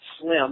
slim